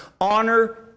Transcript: Honor